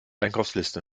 einkaufsliste